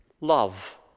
Love